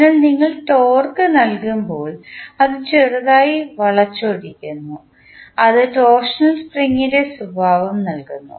അതിനാൽ നിങ്ങൾ ടോർക്ക് നൽകുമ്പോൾ അത് ചെറുതായി വളച്ചൊടിക്കുന്നു അത് ടോർഷണൽ സ്പ്രിംഗിൻറെ സ്വഭാവം നൽകുന്നു